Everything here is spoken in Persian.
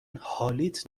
حالیت